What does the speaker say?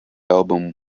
album